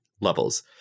levels